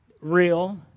real